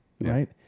Right